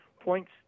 points